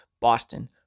Boston